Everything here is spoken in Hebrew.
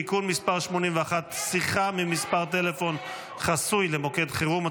(תיקון מס' 81) (שיחה ממספר טלפון חסוי למוקד חירום),